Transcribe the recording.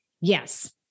Yes